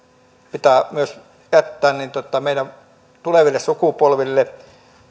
pitää myös jättää meidän tuleville sukupolville